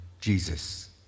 Jesus